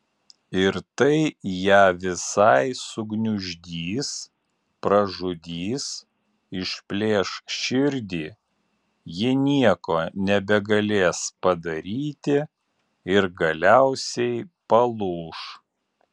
ir tai ją visai sugniuždys pražudys išplėš širdį ji nieko nebegalės padaryti ir galiausiai palūš